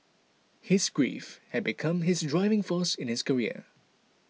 his grief had become his driving force in his career